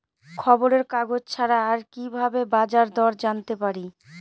খবরের কাগজ ছাড়া আর কি ভাবে বাজার দর জানতে পারি?